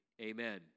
amen